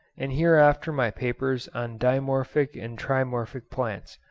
and hereafter my papers on dimorphic and trimorphic plants,